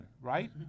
right